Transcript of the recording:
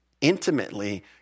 intimately